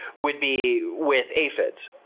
would be with aphids.